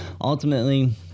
ultimately